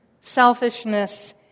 selfishness